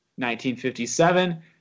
1957